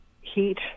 heat